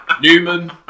Newman